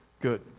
Good